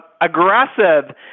aggressive